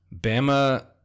Bama